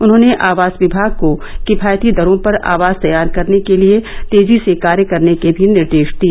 उन्होंने आवास विभाग को किफायती दरों पर आवास तैयार करने के लिए तेजी से कार्य करने के भी निर्देश दिए